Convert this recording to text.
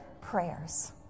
prayers